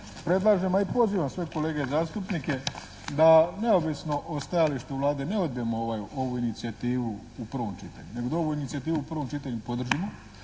predlažem, a i pozivam sve kolege zastupnike da neovisno o stajalištu Vlade, ne odbijemo ovu inicijativu u prvom čitanju, nego da ovu inicijativu u prvom čitanju podržimo,